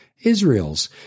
Israel's